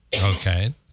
Okay